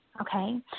okay